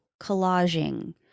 collaging